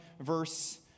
verse